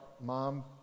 Mom